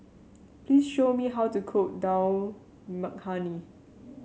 please show me how to cook Dal Makhani